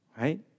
Right